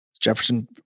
Jefferson